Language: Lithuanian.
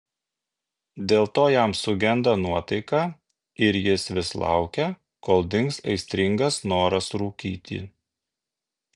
dėl to jam sugenda nuotaika ir jis vis laukia kol dings aistringas noras rūkyti